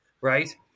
right